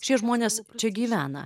šie žmonės čia gyvena